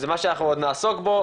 זה משהו שאנחנו עוד נעסוק בו,